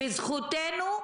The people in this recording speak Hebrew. זו זכותנו,